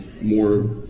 more